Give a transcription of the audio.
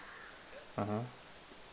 mmhmm